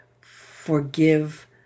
forgive